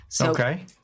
Okay